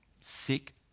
sick